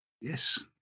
Yes